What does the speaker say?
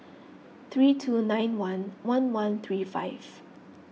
three two nine one one one three five